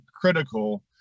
critical